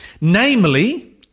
Namely